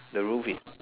the roof is